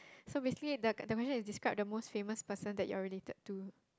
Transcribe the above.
so basically the the question is describe the most famous person that you are related to